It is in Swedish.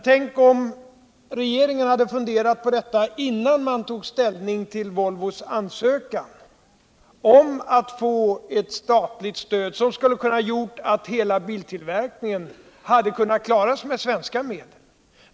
Tänk om den svenska regeringen hade funderat på detta innan den tog ställning till Volvos ansökan om alt få eu statligt stöd, som skulle ha medfört att hela biltillverkningen kunnat klaras med svenska medel!